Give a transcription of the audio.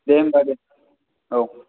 दे होनबा दे